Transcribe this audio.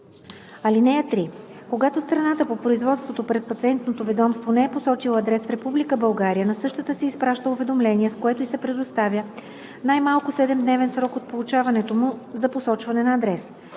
(3) Когато страната по производството пред Патентното ведомство не е посочила адрес в Република България, на същата се изпраща уведомление, с което ѝ се предоставя най-малко 7-дневен срок от получаването му за посочване на адрес.